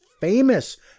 famous